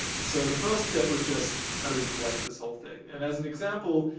so, the first step was just how do we collect this whole thing? and as an example,